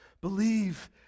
Believe